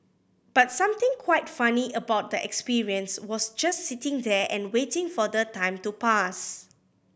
but something quite funny about that experience was just sitting there and waiting for the time to pass